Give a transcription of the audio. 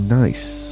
nice